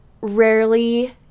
rarely